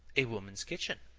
a woman's kitchen.